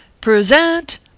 Present